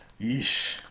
Yeesh